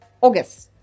August